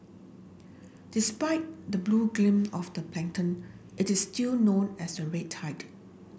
despite the blue gleam of the it is still known as a red tide